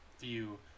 view